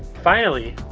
finally,